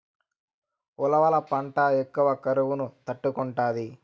ఉలవల పంట ఎక్కువ కరువును తట్టుకుంటాది